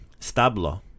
Stablo